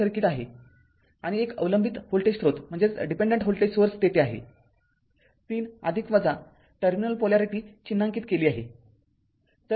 तर हे सर्किट आहे १ अवलंबित व्होल्टेज स्रोत तेथे आहे ३ टर्मिनल पोलॅरिटी चिन्हांकित केली आहे